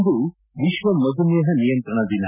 ಇಂದು ವಿಶ್ವ ಮಧುಮೇಹ ನಿಯಂತ್ರಣ ದಿನ